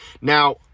Now